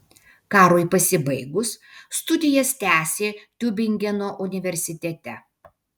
karui pasibaigus studijas tęsė tiubingeno universitete